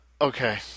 okay